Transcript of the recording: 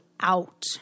out